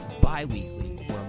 bi-weekly